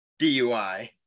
DUI